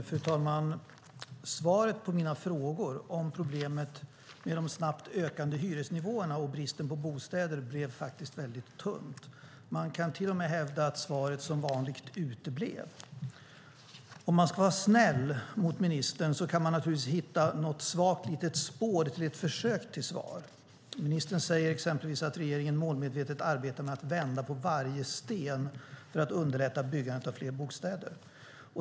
Fru talman! Svaret på mina frågor om problemet med de snabbt ökande hyresnivåerna och bristen på bostäder blev väldigt tunt. Man kan till och med hävda att svaret som vanligt uteblev. Om man ska vara snäll mot ministern kan man naturligtvis hitta ett svagt litet försök till svar. Ministern säger exempelvis att regeringen målmedvetet arbetar med att vända på varje sten för att underlätta byggandet av fler bostäder.